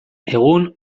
egun